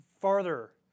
farther